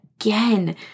again